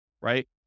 right